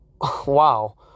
Wow